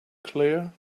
claire